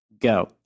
go